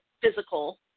physical